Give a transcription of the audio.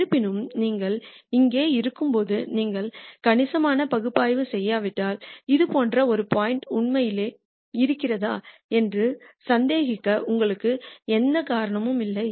இருப்பினும் நீங்கள் இங்கே இருக்கும்போது நீங்கள் கணிசமான பகுப்பாய்வு செய்யாவிட்டால் இது போன்ற ஒரு பாயிண்ட் உண்மையில் இருக்கிறதா என்று சந்தேகிக்க உங்களுக்கு எந்த காரணமும் இல்லை